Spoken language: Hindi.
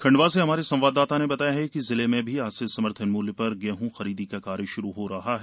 खंडवा से हमारे संवाददाता ने बताया है कि जिले में भी आज से समर्थन मूल्य पर गेहूं खरीदी का कार्य शुरू हो रहा है